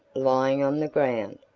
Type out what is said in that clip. lying on the ground,